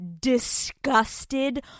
disgusted